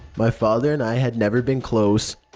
my father and i had never been close.